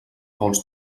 pols